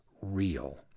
real